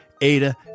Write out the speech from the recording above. Ada